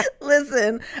Listen